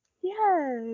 Yes